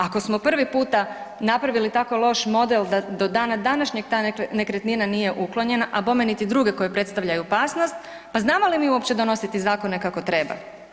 Ako smo prvi puta napravili tako loš model da do dana današnjeg ta nekretnina nije uklonjena, a bome niti druge koje predstavljaju opasnost pa znamo li mi uopće donositi zakone kako treba?